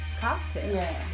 cocktails